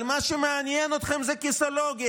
אבל מה שמעניין אתכם זה כיסאולוגיה,